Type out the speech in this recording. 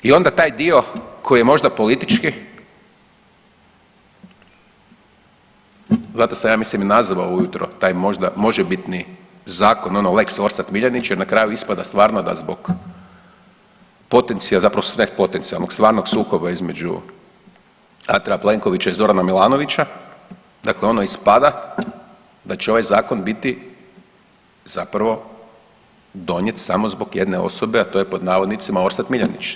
I onda taj dio koji je možda politički zato sam ja mislim i nazvao ujutro taj možda možebitni zakon ono lex Orsat Miljenić jer na kraju ispada stvarno da zbog potencije, zapravo sve potencijalnog, stvarnog sukoba između Andreja Plenkovića i Zorana Milanovića dakle ono ispada da će ovaj zakon biti zapravo donijet samo zbog jedne osobe, a to je pod navodnicima Orsat Miljenić.